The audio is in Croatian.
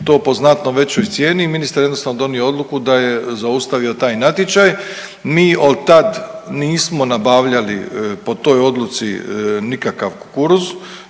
to po znatno većoj cijeni i ministar je jednostavno donio odluku da je zaustavio taj natječaj. Mi od tad nismo nabavljali po toj odluci nikakav kukuruz